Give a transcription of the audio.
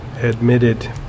admitted